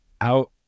out